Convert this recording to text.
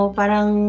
parang